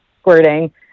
squirting